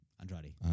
Andrade